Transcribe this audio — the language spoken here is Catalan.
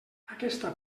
aquesta